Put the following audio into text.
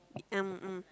um um